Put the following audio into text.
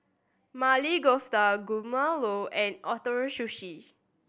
Maili Kofta Guacamole and Ootoro Sushi